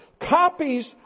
Copies